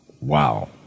wow